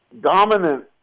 dominant